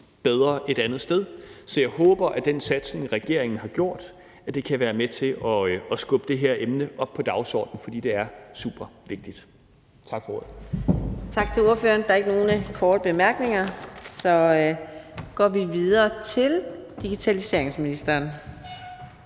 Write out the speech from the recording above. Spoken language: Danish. hjemme et andet sted. Så jeg håber, at den satsning, regeringen har gjort, kan være med til at skubbe det her emne op på dagsordenen, for det er supervigtigt. Tak for ordet. Kl. 15:35 Fjerde næstformand (Karina Adsbøl): Tak til ordføreren. Der er ikke nogen korte bemærkninger. Så går vi videre til digitaliseringsministeren.